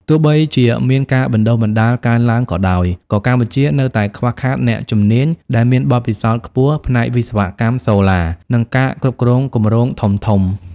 ទោះបីជាមានការបណ្តុះបណ្តាលកើនឡើងក៏ដោយ ក៏កម្ពុជានៅតែខ្វះខាតអ្នកជំនាញដែលមានបទពិសោធន៍ខ្ពស់ ផ្នែកវិស្វកម្មសូឡា និងការគ្រប់គ្រងគម្រោងធំៗ។